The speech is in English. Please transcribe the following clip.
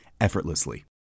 effortlessly